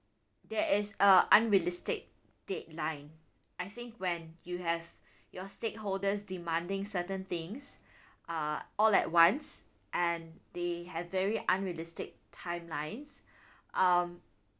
there is a unrealistic dateline I think when you have your stakeholders demanding certain things uh all at once and they have very unrealistic timelines um